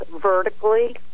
vertically